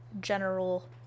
general